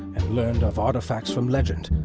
and learned of artifacts from legend.